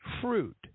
fruit